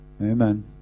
Amen